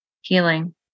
Healing